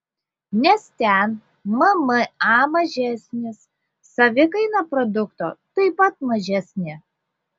nes ten mma mažesnis savikaina produkto taip pat mažesnė